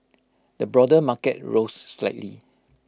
the broader market rose slightly